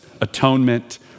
atonement